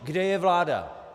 Kde je vláda?